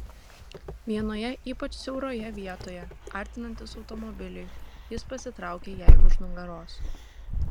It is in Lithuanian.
vienoje ypač siauroje vietoje artinantis automobiliui jis pasitraukė jai už nugaros